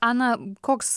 ana koks